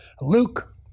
Luke